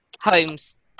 Holmes